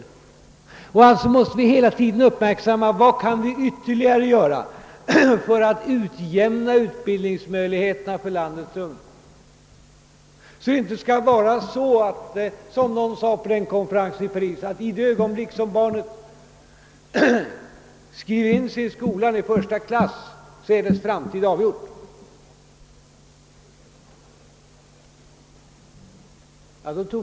Vi måste hela tiden uppmärksamma vad vi ytterligare kan göra för att utjämna utbildningsmöjligheterna för landets ungdom, så att det inte blir så, som någon sade på konferensen i Paris, att ett barns framtid är avgjord i det ögonblick som barnet skrivs in i första klass i skolan.